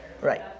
Right